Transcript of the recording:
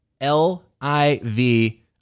L-I-V